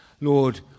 lord